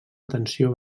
atenció